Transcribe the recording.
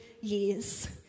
years